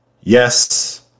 yes